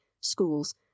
schools